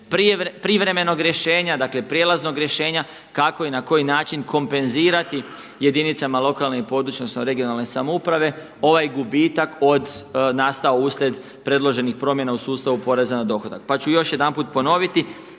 privremenog rješenja, dakle prijelaznog rješenja kako i na koji način kompenzirati jedinicama lokalne i područne odnosno regionalne samouprave. Ovaj gubitak od, nastao uslijed predloženih promjena u sustavu poreza na dohodak. Pa ću još jedanput ponoviti,